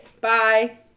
Bye